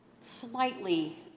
slightly